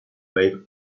wave